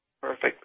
Perfect